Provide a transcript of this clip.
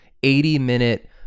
80-minute